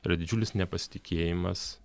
yra didžiulis nepasitikėjimas